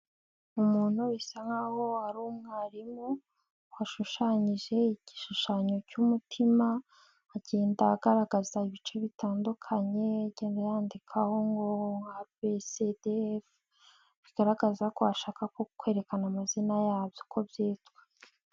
Umuntu bisa nk'aho ari umwarimu washushanyije igishushanyo cy'umutima, agenda agaragaza ibice bitandukanye agenda wandikaho ngo abe se de, bigaragaza ko ashaka kwerekana amazina yabyo uko byitwa.